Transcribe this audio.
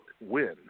Win